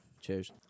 Cheers